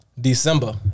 December